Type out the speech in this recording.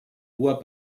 bois